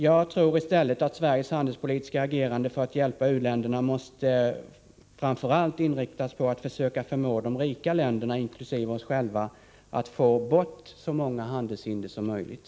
Jag tror i stället att Sveriges handelspolitiska agerande för att hjälpa u-länderna framför allt måste inriktas på att försöka förmå de rika länderna, inkl. vårt eget land, att få bort så många handelshinder som möjligt.